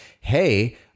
hey